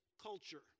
culture